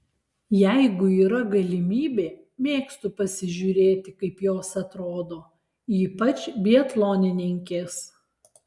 jeigu yra galimybė mėgstu pasižiūrėti kaip jos atrodo ypač biatlonininkės